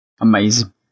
Amazing